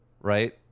right